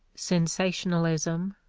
sensationalism,